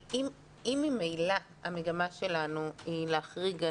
אתם ממציאים עכשיו פתרונות Out of the blue.